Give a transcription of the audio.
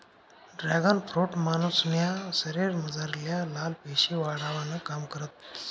dragon fruit मानुसन्या शरीरमझारल्या लाल पेशी वाढावानं काम करस